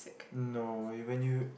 no you when you